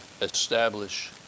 establish